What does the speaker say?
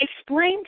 explain